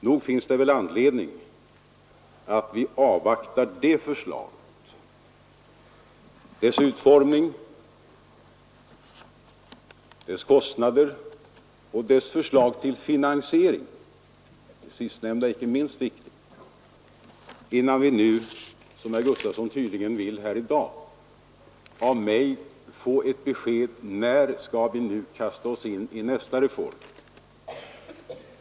Nog finns det anledning att vi avvaktar det förslaget — dess utformning, dess kostnader och dess finansiering, det sistnämnda icke minst viktigt — i stället för att jag nu i dag, som herr Gustavsson tydligen vill, skulle ge ett besked om när vi skall aktualisera nästa reform.